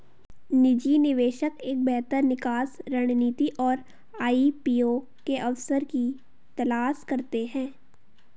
निजी निवेशक एक बेहतर निकास रणनीति और आई.पी.ओ के अवसर की तलाश करते हैं